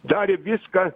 darė viską